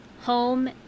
home